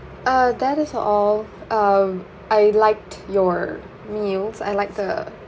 uh that is all um I liked your meals I like the